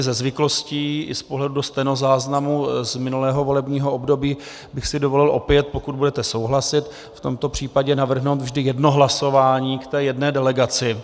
Ze zvyklostí i pohledu do stenozáznamu z minulého volebního období bych si dovolil opět, pokud budete souhlasit, v tomto případě navrhnout vždy jedno hlasování k jedné delegaci.